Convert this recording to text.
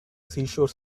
seashore